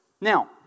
Now